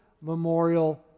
memorial